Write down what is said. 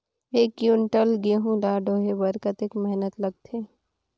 एक कुंटल गहूं ला ढोए बर कतेक मेहनत लगथे?